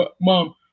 mom